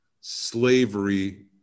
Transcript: slavery